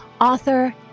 author